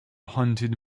hunted